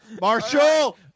Marshall